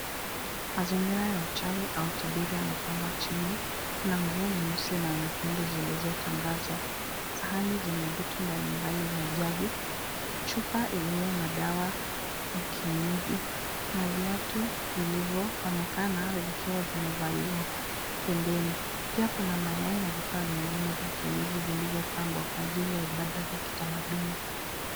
Mazingira ya uchawi au tabiri yamepangwa chini, kuna nguo nyeusi na nyekundu zilizotandazwa, sahani zenye vitu mbalimbali vya jadi, chupa iliyo na dawa ya kienyeji na viatu vilivyoonekana vikiwa vimevaliwa pembeni. Pia kuna mayai na vifaa vingine vya kienyeji vilivyopangwa kwa ajili ya ibaada za kitamaduni.